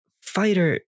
fighter